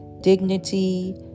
dignity